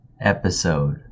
episode